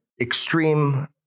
extreme